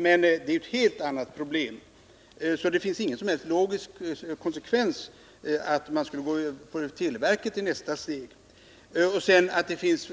Men det är ett helt annat problem, så det finns ingen som helst logisk konsekvens att man skulle gå till televerket i nästa steg. Att det finns